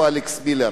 איפה אלכס מילר?